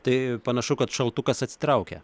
tai panašu kad šaltukas atsitraukia